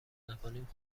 نکنیم